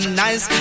nice